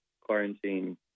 quarantine